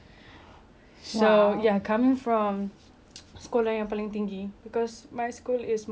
sekolah yang paling tinggi cause my school is more of a like a music school